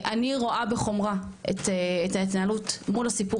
אני רואה בחומרה את ההתנהלות מול הסיפור